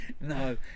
No